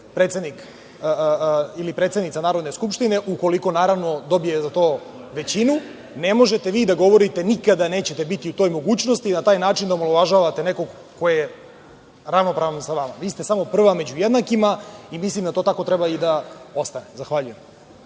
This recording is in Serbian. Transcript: predsednik ili predsednica Narodne skupštine ukoliko dobije za to većinu. Ne možete vi da govorite – nikada nećete biti u toj mogućnosti. Na taj način omalovažavate nekog ko je ravnopravan sa vama. Vi ste samo prva među jednakima i mislim da to tako treba i da ostane. Zahvaljujem.